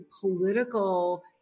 political